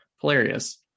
hilarious